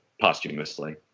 posthumously